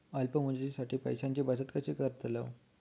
अल्प मुदतीसाठी पैशांची बचत कशी करतलव?